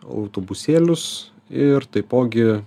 autobusėlius ir taipogi